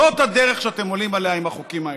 זאת הדרך שאתם עולים עליה עם החוקים האלה.